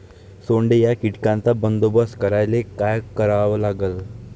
सोंडे या कीटकांचा बंदोबस्त करायले का करावं लागीन?